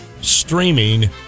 Streaming